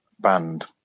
band